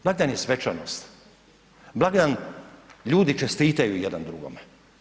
Blagdan je svečanost, blagdan ljudi čestitaju jedan drugome.